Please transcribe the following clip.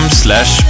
slash